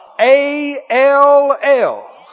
A-L-L